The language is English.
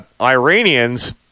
Iranians